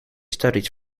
studied